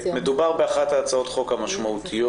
מדובר באחת מהצעות החוק המשמעותיות.